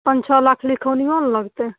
पॉँच छओ लिखौनीओ ने लगतै